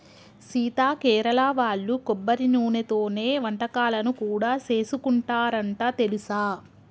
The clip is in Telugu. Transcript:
సీత కేరళ వాళ్ళు కొబ్బరి నూనెతోనే వంటకాలను కూడా సేసుకుంటారంట తెలుసా